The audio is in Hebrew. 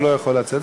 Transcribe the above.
הוא לא יכול לצאת,